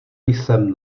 jsem